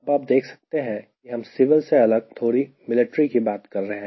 अब आप देख सकते हैं कि हम सिविल से अलग थोड़ी मिलिट्री की बात कर रहे हैं